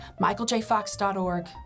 MichaelJFox.org